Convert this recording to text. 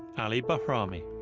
ali bahrami.